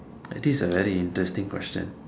this is a very interesting question